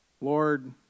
Lord